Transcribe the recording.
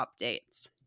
updates